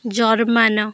German